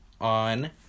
on